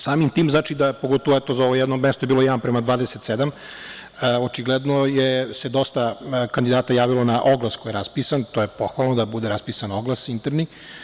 Samim tim, pogotovo za ovo jedno mesto je bilo jedan prema 27, očigledno je da se dosta kandidata javilo na oglas koji je raspisan, to je pohvalno da bude raspisan oglas interni.